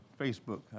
Facebook